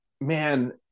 man